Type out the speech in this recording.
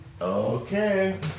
Okay